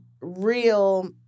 real